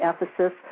Ephesus